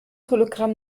hologramm